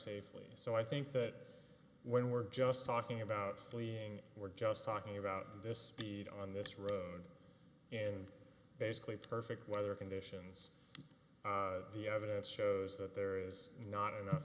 safely so i think that when we're just talking about fleeing we're just talking about this bead on this road and basically perfect weather conditions the evidence shows that there is not enough